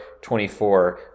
24